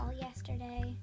yesterday